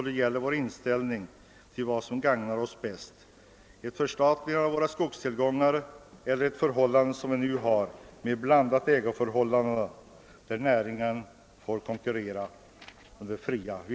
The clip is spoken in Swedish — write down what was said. Här gäller det vad som gagnar alla bäst: ett förstatligande av våra skogstillgångar eller ett bibehållande av nuvarande system med ett blandat ägoförhållande och fri konkurrens inom näringen.